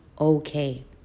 okay